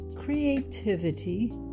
creativity